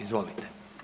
Izvolite.